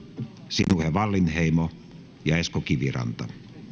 sinuhe wallinheimo ja esko kiviranta